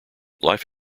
life